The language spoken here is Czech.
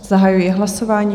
Zahajuji hlasování.